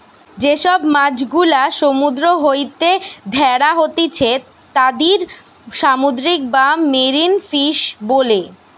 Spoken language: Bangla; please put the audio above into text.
যে সব মাছ গুলা সমুদ্র হইতে ধ্যরা হতিছে তাদির সামুদ্রিক বা মেরিন ফিশ বোলে